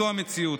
זו המציאות,